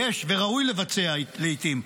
יש וראוי לבצע לעיתים,